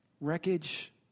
Wreckage